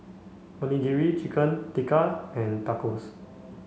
Onigiri Chicken Tikka and Tacos